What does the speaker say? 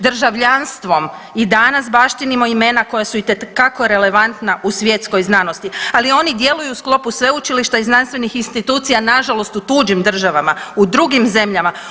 Državljanstvom i danas baštinimo imena koja su itekako relevantna u svjetskoj znanosti ali oni djeluju u sklopu sveučilišta i znanstvenih institucija nažalost u tuđim državama, u drugim zemljama.